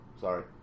Sorry